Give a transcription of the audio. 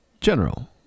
general